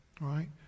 Right